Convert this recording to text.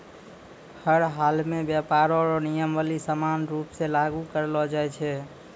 हर हालमे व्यापार रो नियमावली समान रूप से लागू करलो जाय छै